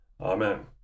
Amen